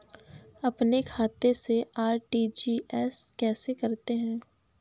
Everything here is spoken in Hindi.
अपने खाते से आर.टी.जी.एस कैसे करते हैं?